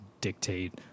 dictate